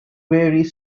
very